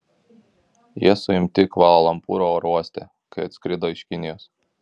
jie suimti kvala lumpūro oro uoste kai atskrido iš kinijos